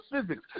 physics